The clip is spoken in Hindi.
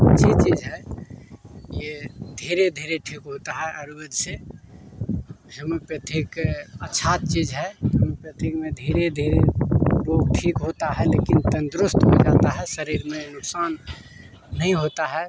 अच्छी चीज़ है यह धीरे धीरे ठीक होता है आयुर्वेद से होमोपैथिक अच्छा चीज़ है होमोपैथिक में धीरे धीरे रोग ठीक होता है लेकिन तंदुरुस्त हो जाता है शरीर में नुकसान नहीं होता है